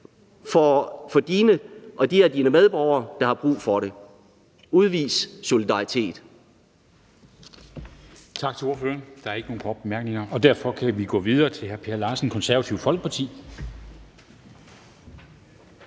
for dine og de af dine medborgere, der har brug for det. Udvis solidaritet!